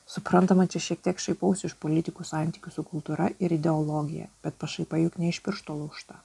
suprantama čia šiek tiek šaipausi iš politikų santykių su kultūra ir ideologija bet pašaipa juk ne iš piršto laužta